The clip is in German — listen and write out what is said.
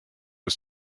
ist